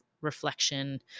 reflection